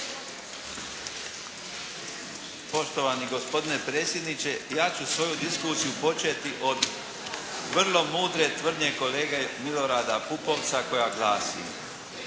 Poštovani gospodine predsjedniče! Ja ću svoju diskusiju početi od vrlo mudre tvrdnje kolege Milorada Pupovca koja glasi: